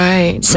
Right